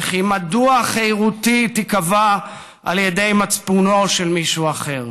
וכי מדוע חירותי תיקבע על ידי מצפונו של מישהו אחר?